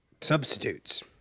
substitutes